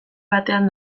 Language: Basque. batean